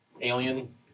alien